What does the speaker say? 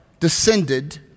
descended